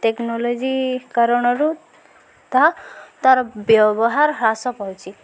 technology କାରଣରୁ ତାହା ତାର ବ୍ୟବହାର ହ୍ରାସ ପାଉଛି